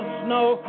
snow